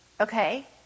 Okay